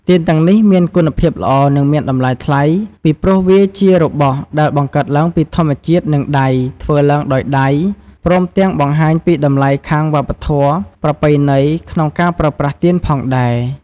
ទៀនទាំងនេះមានគុណភាពល្អនិងមានតម្លៃថ្លៃពីព្រោះវាជារបស់ដែរបង្កើតឡើងពីធម្មជាតិនិងដៃធ្វើឡើងដោយដៃ ព្រមទាំងបង្ហាញពីតម្លៃខាងវប្បធម៌ប្រពៃណីក្នុងការប្រើប្រាស់ទៀនផងដែរ។